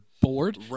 bored